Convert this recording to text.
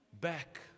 back